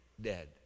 Dead